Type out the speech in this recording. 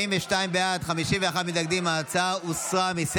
ההצעה להעביר לוועדה את הצעת חוק הקמת חדרי מיון